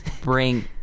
bring